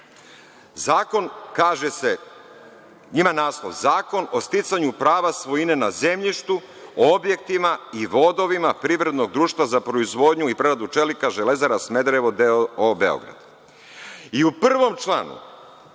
zakon kaže se, ima naslov – Zakon o sticanju prava svojine na zemljištu, objektivna i vodovima privrednog društva za proizvodnju i preradu čelika „Železara“ Smederevo d.o.o. Beograd.U prvom članu